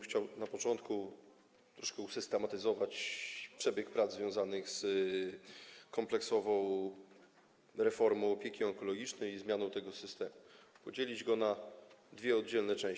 Chciałbym na początku troszkę usystematyzować przebieg prac związanych z kompleksową reformą opieki onkologicznej, zmianą tego systemu, podzielić to na dwie części.